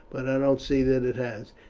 but i don't see that it has.